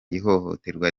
ihohoterwa